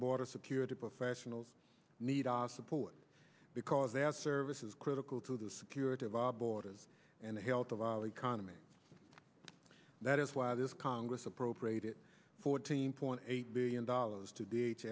border security professionals need our support because as service is critical to the security of our borders and the health of our economy that is why this congress appropriated fourteen point eight billion dollars to da